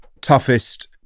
toughest